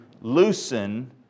loosen